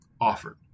offered